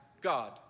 God